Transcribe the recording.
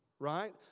Right